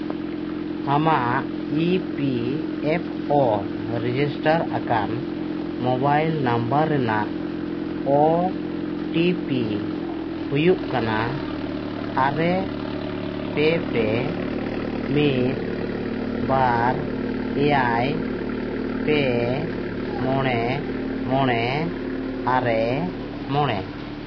ᱟᱢᱟᱜ E P F O register ᱟᱠᱟᱱ mobile number ᱨᱮᱱᱟᱜ ᱳ ᱴᱤ ᱯᱤ ᱦᱩᱭᱩᱜ ᱠᱟᱱᱟ ᱟᱨᱮ ᱯᱮ ᱯᱮ ᱢᱤᱫ ᱵᱟᱨ ᱮᱭᱟᱭ ᱯᱮ ᱢᱚᱬᱮ ᱢᱚᱬᱮ ᱟᱨᱮ ᱢᱚᱬᱮ